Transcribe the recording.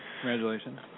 Congratulations